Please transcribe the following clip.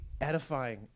edifying